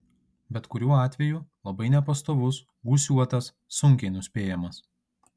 bet kuriuo atveju labai nepastovus gūsiuotas sunkiai nuspėjamas